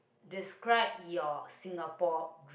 describe your Singapore